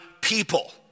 people